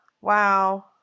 Wow